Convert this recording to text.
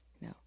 No